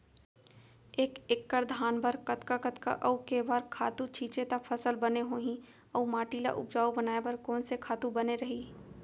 एक एक्कड़ धान बर कतका कतका अऊ के बार खातू छिंचे त फसल बने होही अऊ माटी ल उपजाऊ बनाए बर कोन से खातू बने रही?